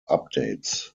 updates